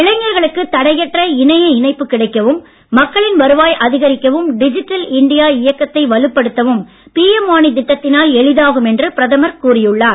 இளைஞர்களுக்கு தடையற்ற இணைய இணைப்பு கிடைக்கவும் மக்களின் வருவாய் அதிகரிக்கவும் டிஜிட்டல் இண்டியா இயக்கத்தை வலுப்படுத்தவும் பிஎம் வாணி திட்டத்தினால் எளிதாகும் என்று பிரதமர் கூறி உள்ளார்